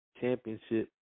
championship